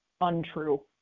untrue